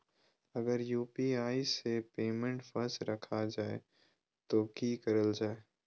अगर यू.पी.आई से पेमेंट फस रखा जाए तो की करल जाए?